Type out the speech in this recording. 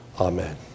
Amen